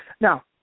Now